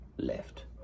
Left